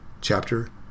chapter